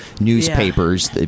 newspapers